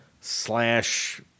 slash